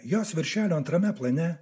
jos viršelio antrame plane